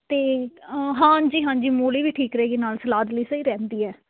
ਅਤੇ ਹਾਂਜੀ ਹਾਂਜੀ ਮੂਲੀ ਵੀ ਠੀਕ ਰਹੇਗੀ ਨਾਲ ਸਲਾਦ ਲਈ ਸਹੀ ਰਹਿੰਦੀ ਹੈ